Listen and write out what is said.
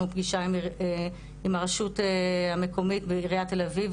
פגישה עם הרשות המקומית בעריית תל אביב,